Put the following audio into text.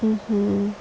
mmhmm